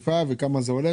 אכיפה וכמה זה עולה,